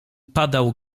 padał